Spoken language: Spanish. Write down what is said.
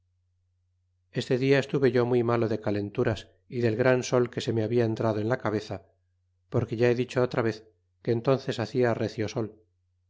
este dia estuve yo muy malo de calenturas y del gran sol que se me habia entrado en la cabeza porque ya be dicho otra vez que entnces hacia recio sol